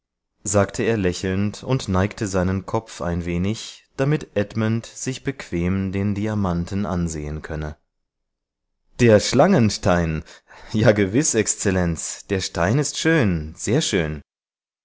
sagte er lächelnd und neigte seinen kopf ein wenig damit edmund sich bequem den diamanten ansehen könne der schlangenstein ja gewiß exzellenz der stein ist schön sehr schön